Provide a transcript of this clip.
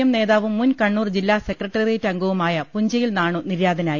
M നേതാവും മുൻ കണ്ണൂർ ജില്ലാസെ ക്രട്ടേറിയറ്റ് അംഗവുമായ പുഞ്ചയിൽ നാണു നിര്യാതനായി